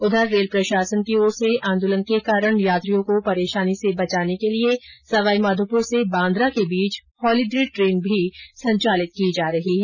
उधर रेल प्रशासन की ओर से आंदोलन के कारण यात्रियों को परेशानी से बचाने के लिये सवाईमाधोपुर से बांद्रा के बीच होलिडे ट्रेन भी संचालित की जा रही है